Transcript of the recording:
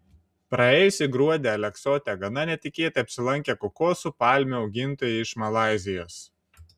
praėjusį gruodį aleksote gana netikėtai apsilankė kokoso palmių augintojai iš malaizijos